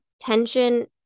tension